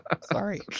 sorry